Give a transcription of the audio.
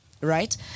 right